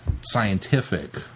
scientific